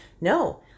No